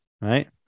right